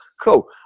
Cool